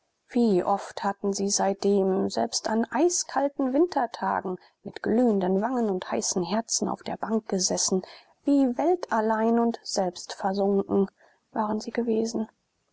wie oft hatten sie seitdem selbst an eiskalten wintertagen mit glühenden wangen und heißen herzen auf der bank gesessen wie weltallein und selbstversunken waren sie gewesen